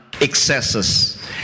excesses